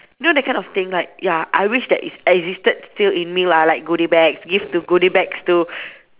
you know that kind of thing like ya I wish that it's existed still in me lah like goody bag give to goody bags to